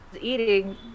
eating